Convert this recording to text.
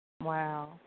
Wow